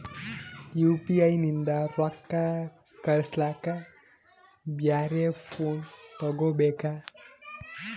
UPI ನಿಂದ ರೊಕ್ಕ ಕಳಸ್ಲಕ ಬ್ಯಾರೆ ಫೋನ ತೋಗೊಬೇಕ?